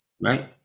right